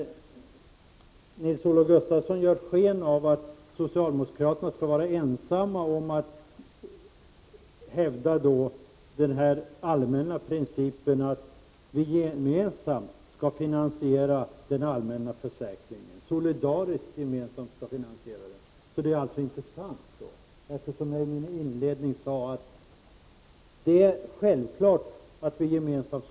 Nils-Olof Gustafsson ger sken av att socialdemokraterna skulle vara ensamma om att hävda den allmänna principen att vi solidariskt tillsammans skulle finansiera den allmänna försäkringen. Men det är inte sant. Inledningsvis sade jag ju att vi självfallet skall göra detta gemensamt.